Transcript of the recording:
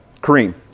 Kareem